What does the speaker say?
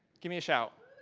give me a shout.